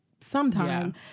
sometime